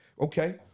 Okay